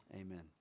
Amen